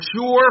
sure